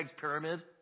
Pyramid